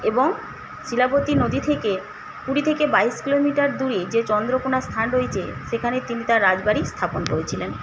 এবং শিলাবতী নদী থেকে কুড়ি থেকে বাইশ কিলোমিটার দূরে যে চন্দ্রকোনা স্থান রয়েছে সেখানে তিনি তার রাজবাড়ি স্থাপন করেছিলেন